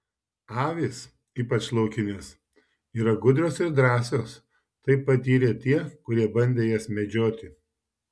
avys ypač laukinės yra gudrios ir drąsios tai patyrė tie kurie bandė jas medžioti